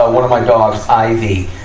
ah one of my dogs, ivy,